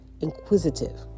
inquisitive